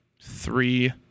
three